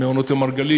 "נאות מרגלית",